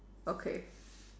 okay